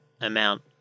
amount